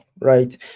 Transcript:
right